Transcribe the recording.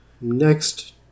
next